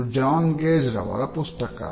ಇದು John Gage ರವರ ಪುಸ್ತಕ